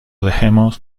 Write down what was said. dejemos